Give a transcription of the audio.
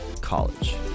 college